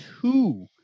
two